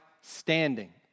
Standing